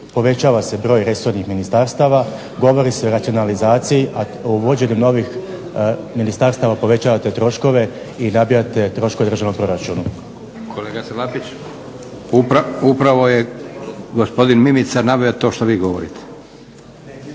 povećava se broj resornih ministarstava, govori se o racionalizaciji, a uvođenjem novih ministarstava povećavate troškove i nabijate troškove državnom proračunu. **Leko, Josip (SDP)** Kolega Salapić, upravo je gospodin Mimica naveo to što vi govorite.